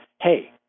hey